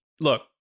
look